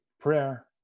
Prayer